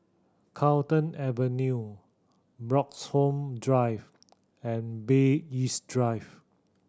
Carlton Avenue Bloxhome Drive and Bay East Drive